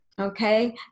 Okay